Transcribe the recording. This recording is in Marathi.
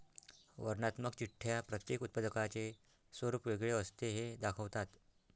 वर्णनात्मक चिठ्ठ्या प्रत्येक उत्पादकाचे स्वरूप वेगळे असते हे दाखवतात